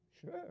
sure